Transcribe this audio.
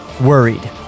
worried